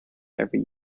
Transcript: every